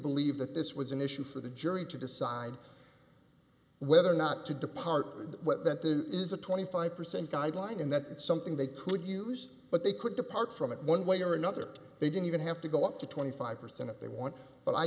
believe that this was an issue for the jury to decide whether or not to depart with what that there is a twenty five percent guideline in that it's something they could use but they could depart from it one way or another they don't even have to go up to twenty five percent if they want but i